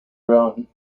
iran